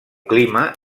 clima